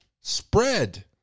spread